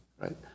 right